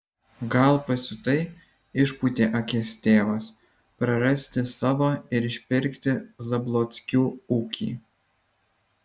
gal pasiutai išpūtė akis tėvas prarasti savo ir išpirkti zablockių ūkį